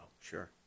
sure